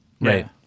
right